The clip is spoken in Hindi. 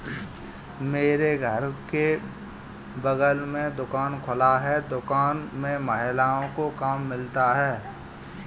मेरे घर के बगल में दुकान खुला है दुकान में महिलाओं को काम मिलता है